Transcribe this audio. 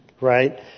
right